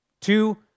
Two